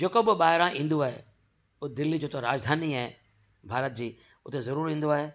जेको बि ॿाहिरां ईंदो आहे हो दिल्ली जो त राजधानी आहे भारत जी हुते ज़रूरु ईंदो आहे